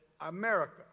America